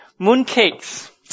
mooncakes